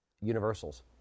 universals